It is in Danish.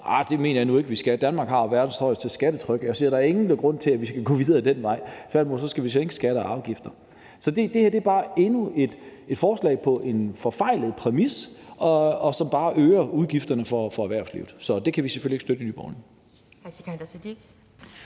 mener jeg nu ikke vi skal. Danmark har verdens højeste skattetryk. Jeg ser da ingen grund til, at vi skal gå videre ad den vej. Tværtimod skal vi sænke skatter og afgifter. Så det her er bare endnu et forslag lavet på en forfejlet præmis, som bare øger udgifterne for erhvervslivet, så det kan vi selvfølgelig ikke støtte i Nye